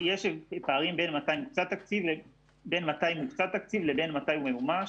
יש פערים בין מתי מוקצה תקציב לבין מתי הוא ממומש.